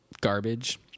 garbage